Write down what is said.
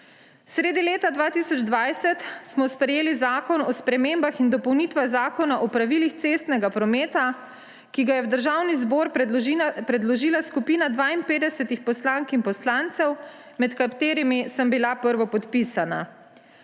Sredi leta 2020 smo sprejeli Zakon o spremembah in dopolnitvah Zakona o pravilih cestnega prometa, ki ga je v Državni zbor predložila skupina 52 poslank in poslancev, med katerimi sem bila prvopodpisana.